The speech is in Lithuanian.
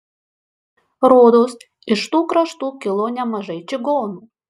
rodos iš tų kraštų kilo nemažai čigonų